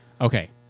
Okay